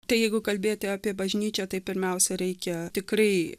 tai jeigu kalbėti apie bažnyčią tai pirmiausia reikia tikrai